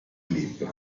libro